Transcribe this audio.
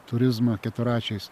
turizmą keturračiais